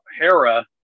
Hera